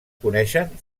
coneixen